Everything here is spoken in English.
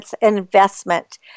investment